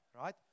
right